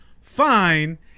fine